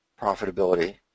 profitability